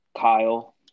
Kyle